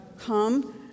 come